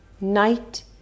Night